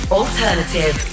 alternative